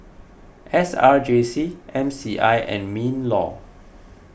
S R J C M C I and MinLaw